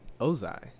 Ozai